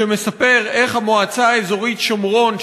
שמספר איך המועצה האזורית שומרון,